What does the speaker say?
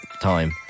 time